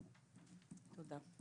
תודה.